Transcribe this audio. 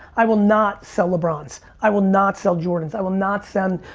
i will not sell lebrons. i will not sell jordans. i will not sell